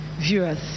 viewers